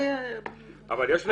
ברור.